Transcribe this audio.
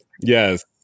Yes